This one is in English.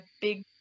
big